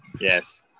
Yes